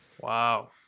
Wow